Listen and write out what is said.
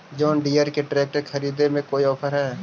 जोन Deere के ट्रेकटर खरिदे में कोई औफर है का?